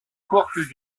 courte